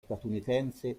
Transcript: statunitense